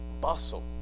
bustle